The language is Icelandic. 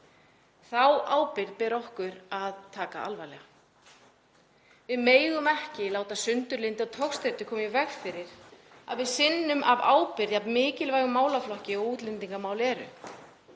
Þá ábyrgð ber okkur að taka alvarlega. Við megum ekki láta sundurlyndi og togstreitu koma í veg fyrir að við sinnum af ábyrgð jafn mikilvægum málaflokki og útlendingamál eru,